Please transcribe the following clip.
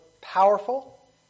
powerful